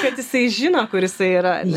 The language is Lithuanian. kad jisai žino kur jisai yra